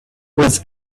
was